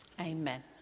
Amen